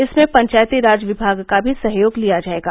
इसमें पंचायती राज विभाग का भी सहयोग लिया जाएगा